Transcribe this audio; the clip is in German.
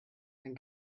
ein